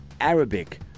Arabic